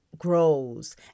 grows